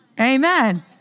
Amen